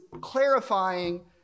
clarifying